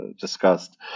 discussed